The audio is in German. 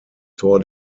tor